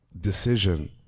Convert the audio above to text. decision